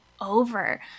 over